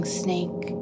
snake